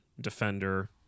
defender